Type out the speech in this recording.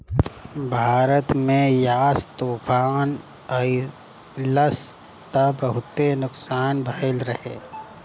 भारत में यास तूफ़ान अइलस त बहुते नुकसान भइल रहे